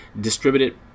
distributed